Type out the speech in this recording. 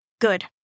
Good